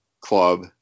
club